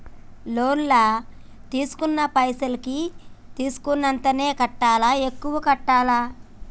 Loan లా తీస్కున్న పైసల్ కి తీస్కున్నంతనే కట్టాలా? ఎక్కువ కట్టాలా?